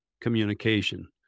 communication